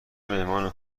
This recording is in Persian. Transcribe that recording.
مهمانی